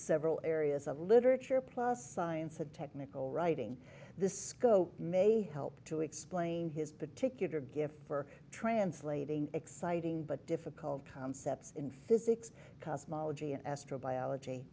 several areas of literature plus science and technical writing the scope may help to explain his particular gift for translating exciting but difficult concepts in physics cosmology and astrobiology